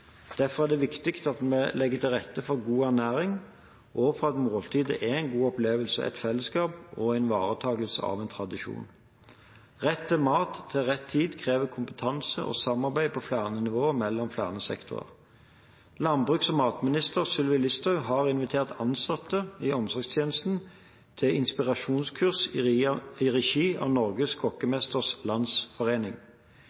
Derfor er det viktig at vi legger til rette for god ernæring og for at måltidet er en god opplevelse, et fellesskap og en ivaretakelse av en tradisjon. Rett mat til rett tid krever kompetanse og samarbeid på flere nivåer og mellom flere sektorer. Landbruks- og matminister Sylvi Listhaug har invitert ansatte i omsorgstjenesten til inspirasjonskurs i regi av Norges